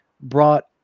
brought